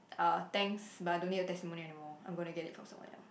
ah thanks but I don't need your testimonial anymore I'm gonna get it from someone else